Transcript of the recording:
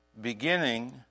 beginning